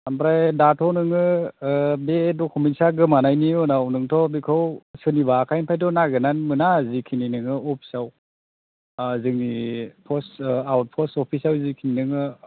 ओमफ्राय दाथ' नोङो बे डकुमेन्टसा गोमानायनि उनाव नोंथ' बेखौ सोरनिबा आखायनिफ्रायथ' नागिरनानै मोना जिखिनि नोङो अफिसाव जोंनि पस्त आउटपस्ट अफिसाव जेखिनि नोङो